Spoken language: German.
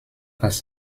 als